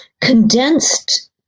condensed